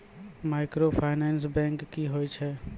Microfinance bank की होय छै?